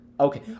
Okay